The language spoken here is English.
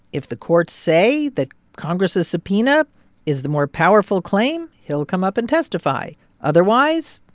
if the courts say that congress' subpoena is the more powerful claim, he'll come up and testify otherwise,